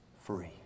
free